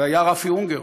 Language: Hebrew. והיה רפי אונגר,